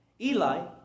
Eli